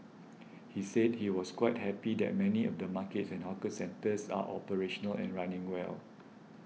he said he was quite happy that many of the markets and hawker centres are operational and running well